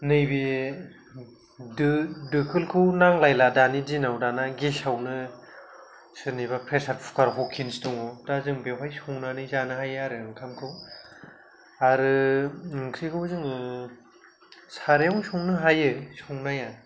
नैबे दो दोखोलखौ नांलायला दानि दिनाव दाना गेसआवनो सोरनिबा फ्रेसार कुकार हकिन्स दङ दा जों बेयावहाय संनानै जानो हायो आरो ओंखामखौ आरो ओंख्रिखौ जोंनि सारायावनो संनो हायो संनाया